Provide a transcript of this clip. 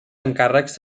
encàrrecs